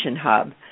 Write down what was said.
hub